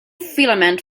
filament